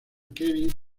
kevin